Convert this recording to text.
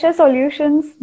solutions